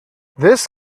this